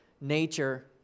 nature